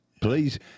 please